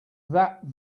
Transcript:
that